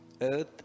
earth